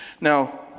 Now